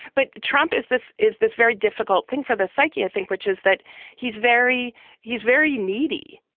but trump is this is this very difficult thing for the psyche, i think, which is that he's very he's very needy.